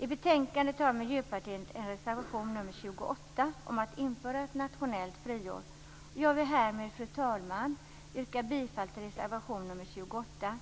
I betänkande har Miljöpartiet en reservation, nr 28, om att införa ett nationellt friår. Jag vill härmed, fru talman, yrka bifall till reservation nr 28,